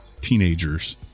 teenagers